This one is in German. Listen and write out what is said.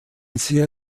sehr